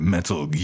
Metal